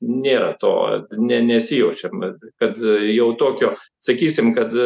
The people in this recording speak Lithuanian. nėra to ne nesijaučiam vat kad jau tokio sakysim kad